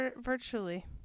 virtually